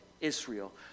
Israel